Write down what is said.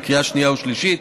בקריאה שנייה וקריאה שלישית.